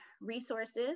resources